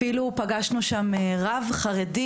אפילו פגשנו שם רב חרדי,